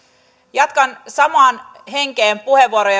jatkan samaan henkeen puheenvuoroja